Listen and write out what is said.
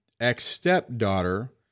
ex-stepdaughter